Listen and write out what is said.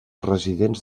residents